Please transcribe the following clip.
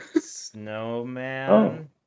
Snowman